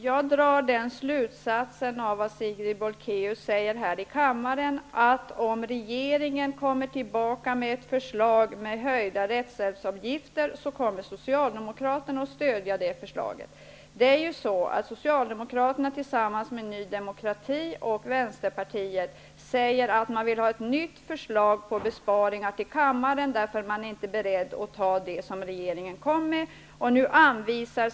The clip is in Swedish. Herr talman! Av vad Sigrid Bolkéus här säger drar jag den slutsatsen att om regeringen kommer tillbaka med ett förslag om höjda rättshjälpsavgifter, kommer Socialdemokraterna att stödja det förslaget. Socialdemokraterna, Ny demokrati och Vänsterpartiet vill ha ett nytt förslag om besparingar, eftersom man inte är beredd att anta det förslag som regeringen har lagt fram.